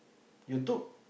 you took